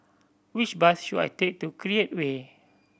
which bus should I take to Create Way